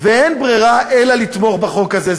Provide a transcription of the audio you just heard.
אין ברירה אלא לתמוך בחוק הזה.